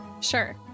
Sure